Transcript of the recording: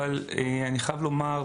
אבל אני חייב לומר,